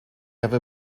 ever